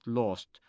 lost